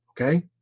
Okay